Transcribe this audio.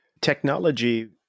Technology